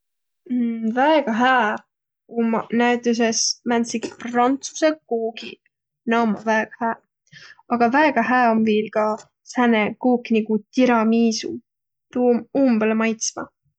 Väega hääq ommaq näütüses määntsegiq prantsusõ koogiq, naaq ommaq väega hääq, aga väega hää om ka sääne kuuk nigu tiramisu. Tuu om umbõlõ maitsva.